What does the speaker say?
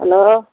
hello